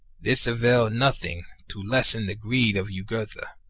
this availed nothing to lessen the greed of jugurtha,